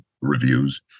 reviews